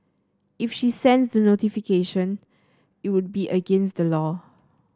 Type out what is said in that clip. if she sends the notification it would be against the law